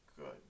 good